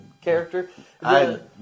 character